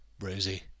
Rosie